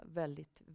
väldigt